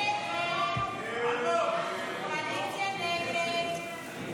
הסתייגות 34 לא נתקבלה.